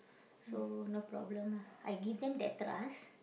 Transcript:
so no problem lah I give them that trust